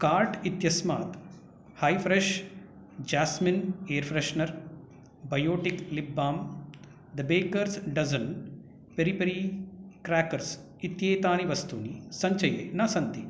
cart इत्यस्मात् Hyfresh jasmine air freshener Biotique lip balm the bakers dozen peri peri crackers इत्येतानि वस्तूनि सञ्चये न सन्ति